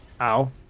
Ow